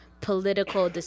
political